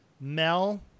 Mel